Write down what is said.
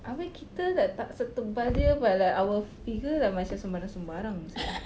abeh kita tak setebal dia but like our figure like macam sembarang-sembarang sia